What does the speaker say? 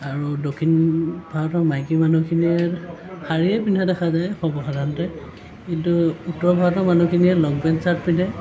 আৰু দক্ষিণ ভাৰতৰ মাইকী মানুহখিনিয়ে শাৰীয়ে পিন্ধা দেখা যায় সৰ্বসাধাৰণতে কিন্তু উত্তৰ ভাৰতৰ মানুহখিনিয়ে লং পেণ্ট ছাৰ্ট পিন্ধে